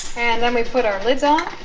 and then we put our lids on